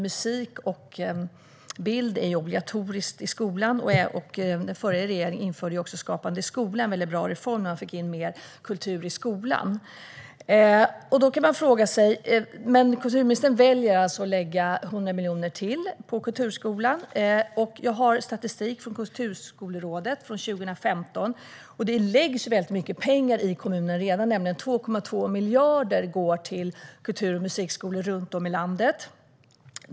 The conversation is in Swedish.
Musik och bild är obligatoriskt i skolan. Den förra regeringen införde också Skapande skola. Det var en väldigt bra reform, och man fick in mer kultur i skolan. Kulturministern väljer att lägga 100 miljoner till på kulturskolan. Jag har statistik från Kulturskolerådet från 2015. Det läggs väldigt mycket pengar redan i kommunerna. Det är 2,2 miljarder som går till kultur och musikskolor runt om i landet.